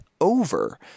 over